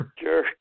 Sure